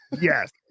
Yes